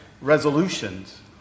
resolutions